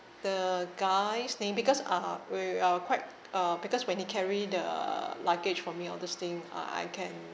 the guy's name because uh we are quite uh because when he carry the luggage for me all this thing ah I can